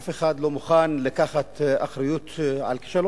אף אחד לא מוכן לקחת אחריות לכישלון.